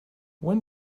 when